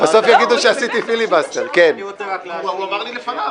הוא אמר לי לפניו.